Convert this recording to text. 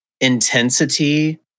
intensity